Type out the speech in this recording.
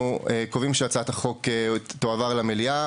אנחנו קובעים שהצעת החוק תועבר למליאה.